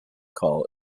call